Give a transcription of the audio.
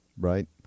right